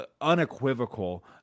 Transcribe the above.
unequivocal